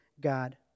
God